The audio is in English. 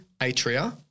atria